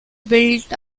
built